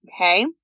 Okay